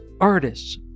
artists